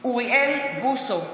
אוריאל בוסו,